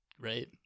right